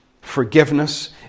Forgiveness